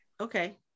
Okay